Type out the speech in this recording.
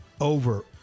over